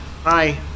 Hi